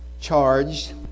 charged